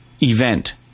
Event